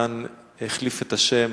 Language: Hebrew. כאן החליף את השם,